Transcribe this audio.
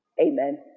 Amen